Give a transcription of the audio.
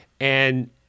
And-